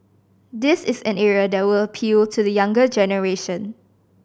this is an area that would appeal to the younger generation